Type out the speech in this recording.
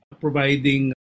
providing